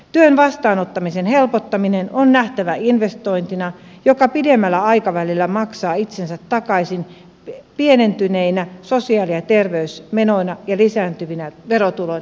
työn vastaanottamisen helpottaminen on nähtävä investointina joka pidemmällä aikavälillä maksaa itsensä takaisin pienentyneinä sosiaali ja terveysmenoina ja lisääntyvinä verotuloina